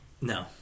No